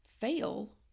fail